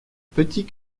petit